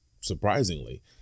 surprisingly